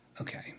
Okay